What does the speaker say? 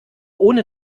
ohne